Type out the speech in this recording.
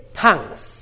tongues